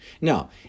Now